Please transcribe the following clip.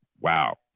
wow